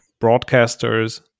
broadcasters